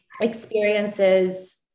experiences